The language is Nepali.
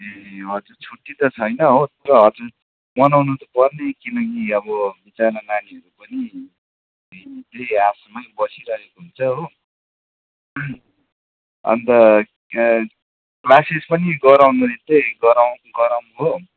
ए हजुर छुट्टी त छैन हो तर हजुर मनाउनु त पर्ने किनकि अब बिचारा नानीहरू पनि त्यही आसमै बसिरहेको हुन्छ हो अनि त क्लासेस पनि गराउने चाहिँ गराऔँ गराऔँ हो